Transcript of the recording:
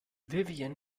vivien